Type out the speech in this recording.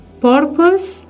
purpose